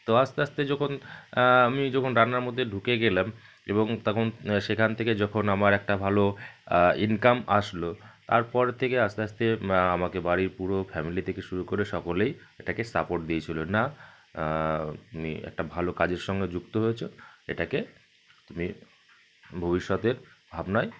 তো আস্তে আস্তে যখন আমি যখন রান্নার মধ্যে ঢুকে গেলাম এবং তখন সেখান থেকে যখন আমার একটা ভালো ইনকাম আসলো তারপর থেকে আস্তে আস্তে আমাকে বাড়ির পুরো ফ্যামেলি থেকে শুরু করে সকলেই এটাকে সাপোর্ট দিয়েছিলো না তুমি একটা ভালো কাজের সঙ্গে যুক্ত হয়েছো এটাকে তুমি ভবিষ্যতের ভাবনায়